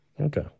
Okay